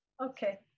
Okay